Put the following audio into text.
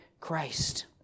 Christ